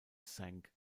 sank